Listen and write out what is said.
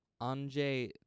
Anjay